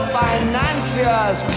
financiers